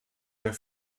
der